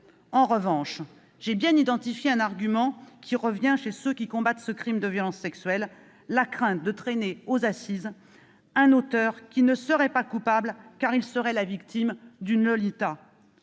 En revanche, j'ai bien identifié un argument qui revient chez ceux qui combattent ce crime de violences sexuelles : la crainte de traîner aux assises un auteur qui ne serait pas coupable, car il serait la victime d'une Lolita.